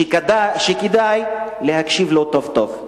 שכדאי להקשיב לו טוב-טוב.